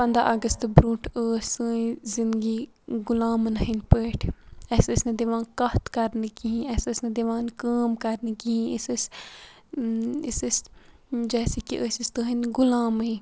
پنٛداہ اگستہٕ برونٛٹھ ٲسۍ سٲنۍ زندگی غلامَن ہِںٛدۍ پٲٹھۍ اَسہِ ٲسۍ نہٕ دِوان کَتھ کَرنہٕ کِہیٖنۍ اَسہِ ٲسۍ نہٕ دِوان کٲم کَرنہٕ کِہیٖنۍ أسۍ ٲسۍ أسۍ ٲسۍ جیسے کہِ أسۍ ٲسۍ تہٕنٛدۍ غلامٕے